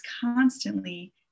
constantly